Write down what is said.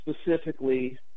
specifically